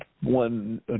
One